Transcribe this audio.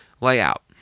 layout